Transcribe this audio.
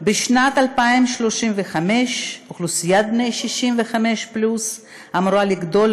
עד שנת 2035 אוכלוסיית בני ה-65 פלוס אמורה לגדול